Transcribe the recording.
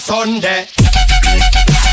Sunday